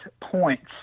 points